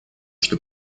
что